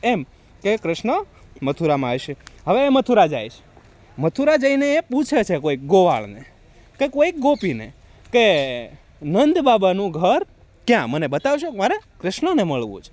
એમ કે કૃષ્ણ મથુરામાં હશે હવે એ મથુરા જાય છે મથુરા જઈને એ પૂછે છે કોઈક ગોવાળને કે કોઈ ગોપીને કે નંદબાબાનું ઘર ક્યાં મને બતાવજો મારે કૃષ્ણને મળવું છે